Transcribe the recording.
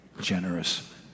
generous